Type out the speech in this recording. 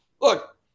look